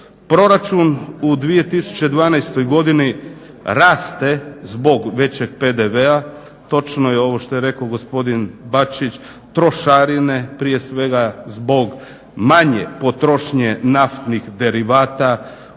Proračun u 2012. godini raste zbog većeg PDV-a. točno je ovo što je rekao gospodin Bačić trošarine prije svega zbog manje potrošnje naftnih derivata